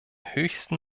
höchsten